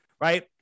right